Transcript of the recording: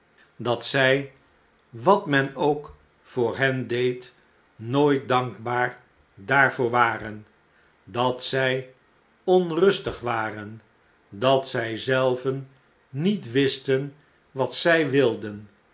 dat zij wat men ook voor hen deed nooit dankbaar daarvoor waren dat zij onrustig waren dat zij zelven niet wisten wat zij wilden